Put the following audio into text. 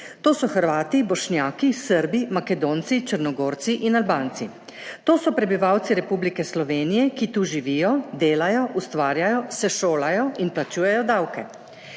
To so Hrvati, Bošnjaki, Srbi, Makedonci, Črnogorci in Albanci. To so prebivalci Republike Slovenije, ki tu živijo, delajo, ustvarjajo, se šolajo in plačujejo davke.